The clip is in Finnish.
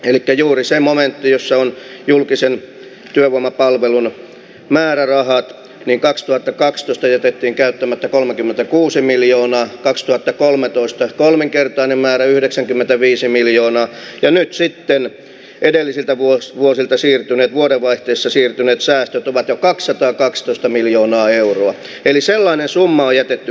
eniten juuri samalla jossa on julkisen työvoimapalvelun määräraha niin kasvata kaapistosta jätettiin käyttämättä kolmekymmentäkuusi miljoonaa kasvua kolmetoista kolminkertainen määrä yhdeksänkymmentäviisi miljoonaa ja nyt sitten edelliseltä vuosi vuodelta siirtynee vuodenvaihteessa siirtyneet säästöt ovat jo kaksisataakaksitoista miljoonaa euroa eli sellainen summa jätetty